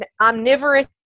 omnivorous